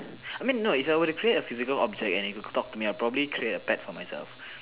I mean no if I were to create a physical object and it will talk to me I'll probably create a pet for myself